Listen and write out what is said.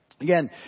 again